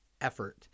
effort